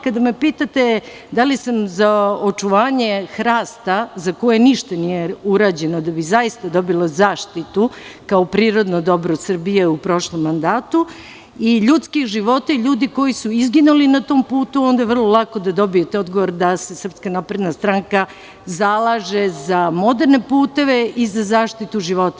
Kada me pitate da li sam za očuvanje hrasta za koje ništa nije urađeno da bi zaista dobilo zaštitu kao prirodno dobro od Srbije u prošlom mandatu i ljudske živote ljudi koji su izginuli na tom putu, onda je vrlo lako da dobijete odgovor da se SNS zalaže za moderne puteve i za zaštitu života.